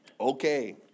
Okay